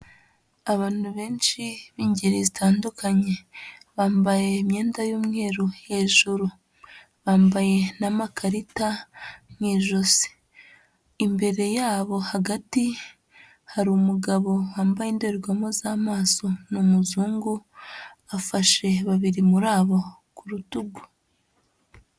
Abantu benshi b'ingeri zitandukanye, bambaye imyenda y'umweru hejuru, bambaye n'amakarita mu ijosi, imbere yabo hagati hari umugabo wambaye indorerwamo z'amaso, ni umuzungu, afashe babiri muri abo ku rutugu.